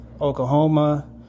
Oklahoma